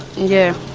yeah.